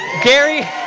gary,